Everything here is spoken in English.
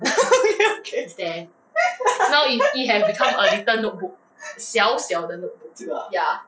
okay 这个 ah